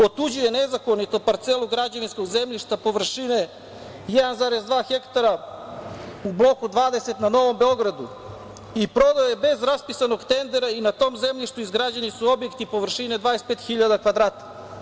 Otuđio je nezakonito parcelu građevinskog zemljišta površine 1,2 hektara u Bloku 20 na Novom Beogradu i prodao je bez raspisanog tendera i na tom zemljištu izgrađeni su objekti površine 25 hiljada kvadrata.